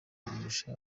kumurusha